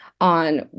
on